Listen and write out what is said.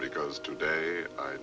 because today i